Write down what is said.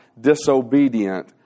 disobedient